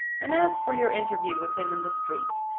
and as for your interview with him in the street,